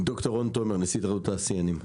ד"ר רון תומר, נשיא התאחדות התעשיינים.